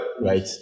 right